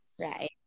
Right